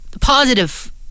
positive